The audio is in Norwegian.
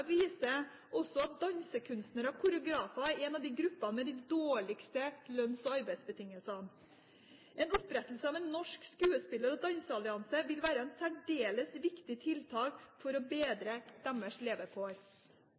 at dansekunstnere og koreografer er en av gruppene med de dårligste lønns- og arbeidsbetingelsene. En opprettelse av en norsk skuespiller- og danseallianse vil være et særdeles viktig tiltak for å bedre deres levekår.